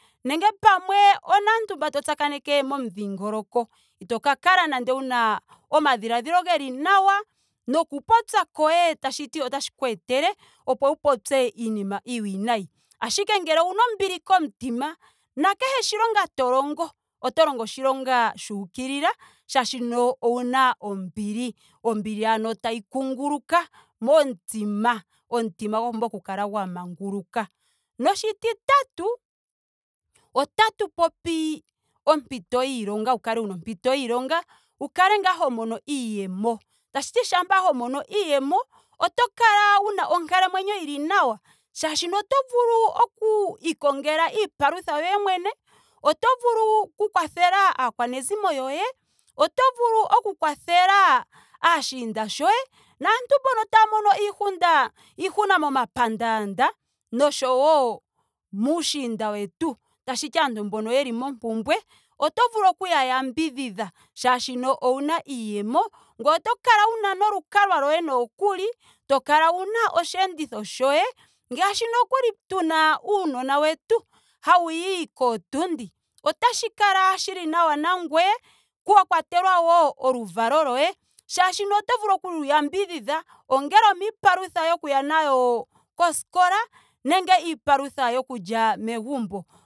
Nenge pamwe onaantu mba to tsakaneke momudhingoloko. ito ka kala nando wuna omadhiladhilo geli nawa. noku popya koye. tashiti otashi ku etele opo wu popye iinima iinina iiwinayi. Ashike ngele ouna ombili komutima nakehe oshilonga to longo. oto longo oshilonga shuukilila molwaashoka ouna ombili. Ombili ano tayi kunguluka momutima. omutima gwa pumbwa oku kala gwa manguluka. Noshititatu otatu popi ompito yiilonga. wu kale wuna ompito yiilonga. wu kale ngaa ho mono iiyemo. Tashiti shampa ho mono iiyemo. oto kala wuna onkalamwenyo yili nawa. molwaashoka oto vulu oku ikongela iipalutha yoye mwene. oto vulu oku kwathela aakwanezimo yoye oto vulu oku kwathela aashiinda yoye, naantu mboka taa mono iikunda iihuna momapandaanda oshowo muushiinda wetu. tashiti aantu mbono yeli mompumbwe oto vulu oku ya yambidhidha molwaashoka owuna iiyemo. ngoye oto kala wuna nolukalwa lyoye nokuli. to kala wuna osheenditho shoye. ngaashi nokuli tuna uunona wetu hawuyi kootundi otashi kala shili nawa nangweye ku kwathela wo oluvalo lwoye shaashino oto vulu okulu yambidhidha ongele omiipalutha yokuya nayo koskola. nenge iipalutha yokulya megumbo.